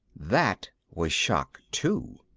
that was shock two.